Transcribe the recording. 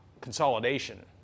consolidation